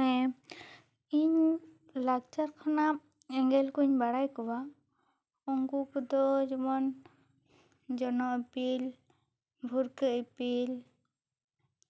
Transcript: ᱦᱮᱸ ᱤᱧ ᱞᱟᱠᱪᱟᱨ ᱠᱷᱚᱱᱟᱜ ᱮᱸᱜᱮᱞ ᱠᱩᱧ ᱵᱟᱲᱟᱭ ᱠᱚᱣᱟ ᱩᱱᱠᱩ ᱠᱚᱫᱚ ᱡᱮᱢᱚᱱ ᱡᱚᱱᱜ ᱤᱯᱤᱞ ᱵᱷᱩᱨᱠᱟᱹ ᱤᱯᱤᱞ